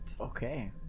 Okay